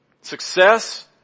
success